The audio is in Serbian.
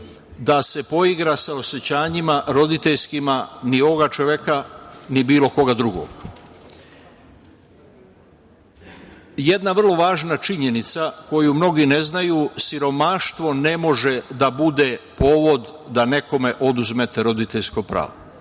da se poigra sa osećanjima roditeljskim ni ovoga čoveka, ni bilo koga drugog. Jedna vrlo važna činjenica koju mnogi ne znaju – siromaštvo ne može da bude povod da nekome oduzmete roditeljsko pravo.